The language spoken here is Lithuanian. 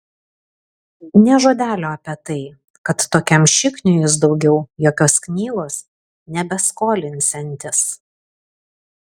nė žodelio apie tai kad tokiam šikniui jis daugiau jokios knygos nebeskolinsiantis